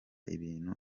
ibintu